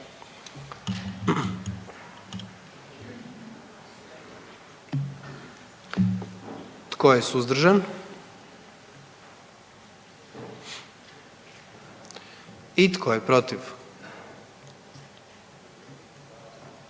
Tko je suzdržan? I tko je protiv?